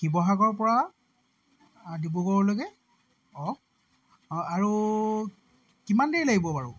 শিৱসাগৰৰপৰা ডিব্ৰুগড়লৈকে অঁ আৰু কিমান দেৰি লাগিব বাৰু